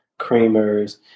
creamers